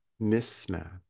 mismatch